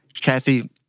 Kathy